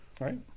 Right